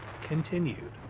continued